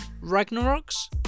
Ragnarok's